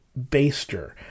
baster